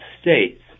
States